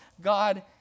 God